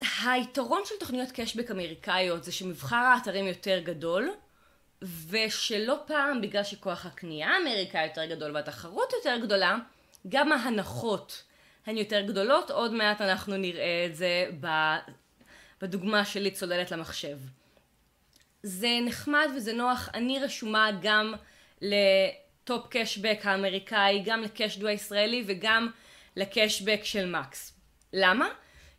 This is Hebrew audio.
היתרון של תוכניות קשבק אמריקאיות זה שמבחר האתרים יותר גדול ושלא פעם בגלל שכוח הקניה האמריקאית יותר גדול והתחרות יותר גדולה גם ההנחות הן יותר גדולות עוד מעט אנחנו נראה את זה בדוגמה שלי צוללת למחשב. זה נחמד וזה נוח אני רשומה גם לטופ קשבק האמריקאי גם לקשדו הישראלי וגם לקשבק של מקס. למה